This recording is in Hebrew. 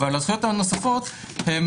אבל הזכויות הנוספות הם